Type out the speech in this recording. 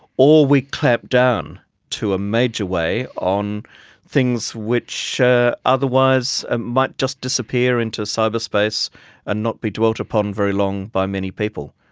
or we clamp down to a major way on things which otherwise ah might just disappear into cyberspace and not be dwelt upon very long by many people,